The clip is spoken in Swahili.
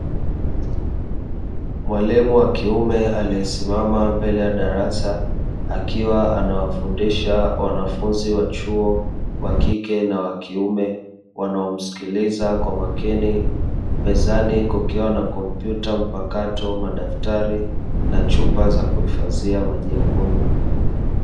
Mwalimu wa kiume aliyesimama mbele ya darasa akiwa anawafundisha wanafunzi wa chuo wa kike na wa kiume, wanaomsikiliza kwa makini. Mezani kukiwa na kompyuta mpakato, madaftari na chupa za kuhifadhia maji ya kunywa.